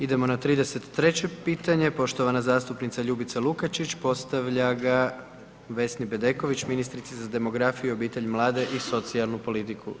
Idemo na 33 pitanje, poštovana zastupnica Ljubica Lukačić postavlja ga Vesni Bedeković, ministrici za demografiju, obitelj, mlade i socijalnu politiku.